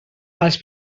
els